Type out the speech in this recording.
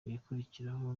igikurikiraho